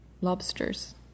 Lobsters